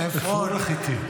עפרון החתי.